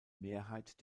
mehrheit